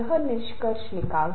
मैं एक या दो परिभाषाएँ पढ़ूंगा